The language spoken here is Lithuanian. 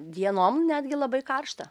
dienom netgi labai karšta